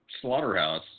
slaughterhouse